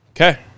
Okay